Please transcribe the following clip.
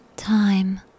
Time